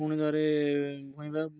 ପୁଣି ଥରେ ବୁହାଇବା